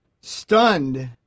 stunned